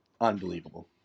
unbelievable